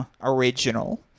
original